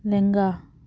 ᱞᱮᱝᱜᱟ